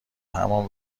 همان